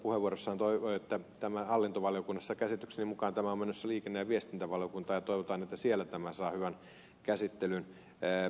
pulliainen puheenvuorossaan toivoi että tämä hallintovaliokunnassa käsiteltäisiin että käsitykseni mukaan tämä on menossa liikenne ja viestintävaliokuntaan ja toivotaan että siellä tämä saa hyvän käsittelyn